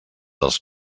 dels